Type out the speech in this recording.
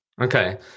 Okay